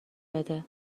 بده